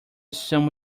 assume